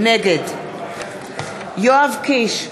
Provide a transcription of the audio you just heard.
נגד יואב קיש,